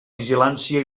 vigilància